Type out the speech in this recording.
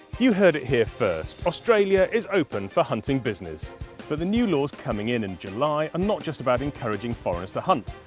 you heard it here first australia is open for hunting business but the new laws coming in in july are not just about encouraging foreigners to hunt.